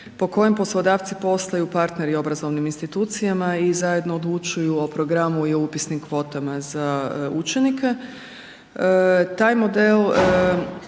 po kojem poslodavci postaju partneri obrazovnim institucijama i zajedno odlučuju o programu i o upisnim kvotama za učenike. Taj model